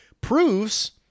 proves